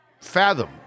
fathom